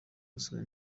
gusohora